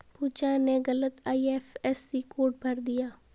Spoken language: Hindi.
पूजा ने गलत आई.एफ.एस.सी कोड भर दिया